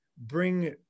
bring